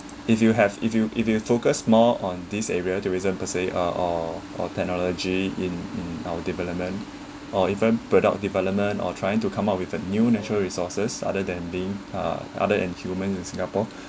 if you have if you if you focus more on this area tourism per se uh or or technology in in our development or even product development or trying to come up with a new natural resources other than being uh other than humans in singapore